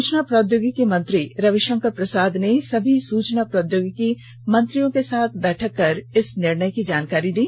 सूचना प्रोद्यौगिकी मंत्री रविशंकर प्रसाद ने सभी सूचना प्रोद्यौगिकी मंत्रियों के साथ बैठक में इस निर्णय की जानकारी दी